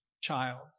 child